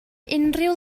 unrhyw